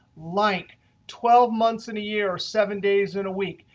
like twelve months in a year, seven days in a week.